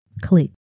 click